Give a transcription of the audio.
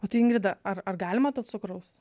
o tai ingrida ar ar galima to cukraus